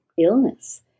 illness